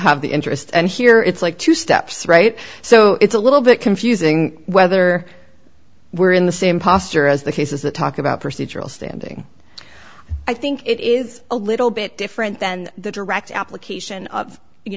have the interest and here it's like two steps right so it's a little bit confusing whether we're in the same posture as the cases that talk about procedural standing i think it is a little bit different than the direct application of you